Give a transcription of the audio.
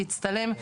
להצטלם,